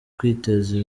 kwiteza